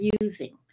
using